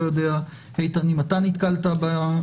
אני לא יודע, איתן, אם אתה נתקלת בזה.